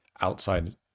outside